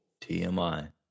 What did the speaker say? TMI